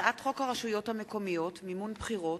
הצעת חוק הרשויות המקומיות (מימון בחירות)